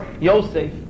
Yosef